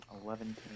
eleven